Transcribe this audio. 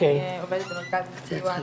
אני עובדת במרכז סיוע.